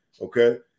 Okay